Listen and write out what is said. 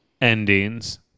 endings